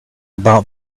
about